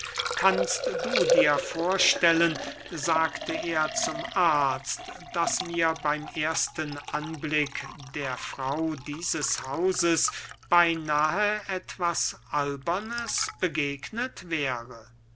kannst du dir vorstellen sagte er zum arzt daß mir beym ersten anblick der frau dieses hauses beynahe etwas albernes begegnet wäre